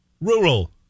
Rural